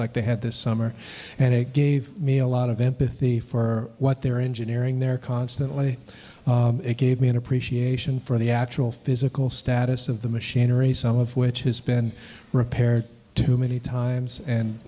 like they had this summer and it gave me a lot of empathy for what they're engineering they're constantly it gave me an appreciation for the actual physical status of the machinery some of which has been repaired too many times and